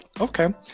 okay